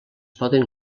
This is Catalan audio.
poden